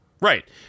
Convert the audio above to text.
Right